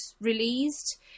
released